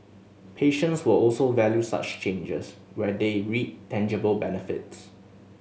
patients will also value such changes where they reap tangible benefits